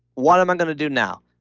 what am i going to do now?